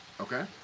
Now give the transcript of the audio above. Okay